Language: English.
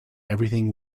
everything